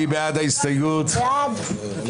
נצביע על הסתייגות 247. מי בעד?